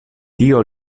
tio